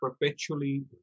perpetually